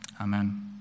Amen